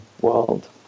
world